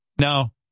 No